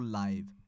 live